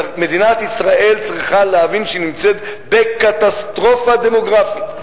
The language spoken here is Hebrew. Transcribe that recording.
מדינת ישראל צריכה להבין שהיא נמצאת בקטסטרופה דמוגרפית.